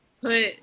put